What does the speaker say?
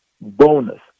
bonus